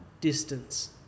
distance